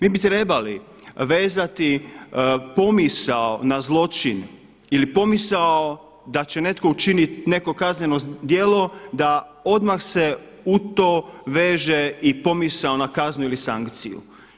Mi bi trebali vezati pomisao na zločin ili pomisao da će neko učiniti neko kazneno djelo da odmah se u to veže i pomisao na kaznu ili sankciju.